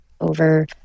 over